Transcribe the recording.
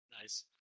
Nice